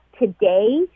today